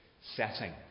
setting